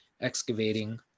excavating